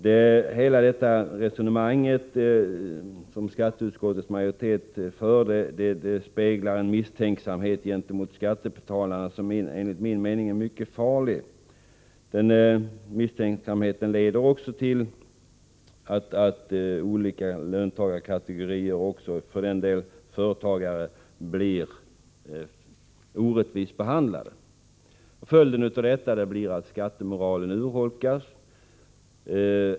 Hela det resonemang som skatteutskottets majoritet för speglar en misstänksamhet gentemot skattebetalarna som enligt min mening är mycket farlig. Den misstänksamheten leder också till att olika löntagarkategorier och för den delen även företagare blir orättvist behandlade. Följden av detta blir att skattemoralen urholkas.